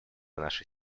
нашей